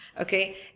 okay